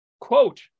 quote